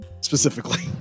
specifically